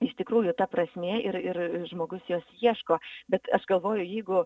iš tikrųjų ta prasmė ir ir žmogus jos ieško bet aš galvoju jeigu